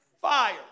Fire